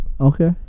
Okay